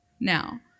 now